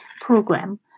program